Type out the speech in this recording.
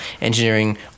engineering